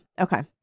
Okay